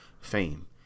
fame